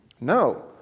No